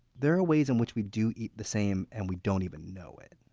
there are ways in which we do eat the same and we don't even know it